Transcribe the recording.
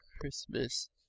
Christmas